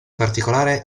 particolare